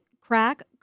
crack